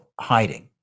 hiding